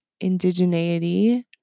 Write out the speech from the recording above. indigeneity